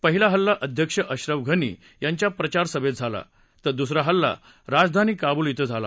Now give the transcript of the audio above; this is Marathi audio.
पहिला हल्ला अध्यक्ष अश्रफ घनी यांच्या प्रचार सभेत झाला तर दुसरा हल्ला राजधानी कावुल क्षे झाला